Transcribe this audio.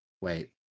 Wait